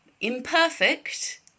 Imperfect